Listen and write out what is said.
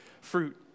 fruit